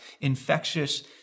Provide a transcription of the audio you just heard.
infectious